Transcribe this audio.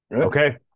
Okay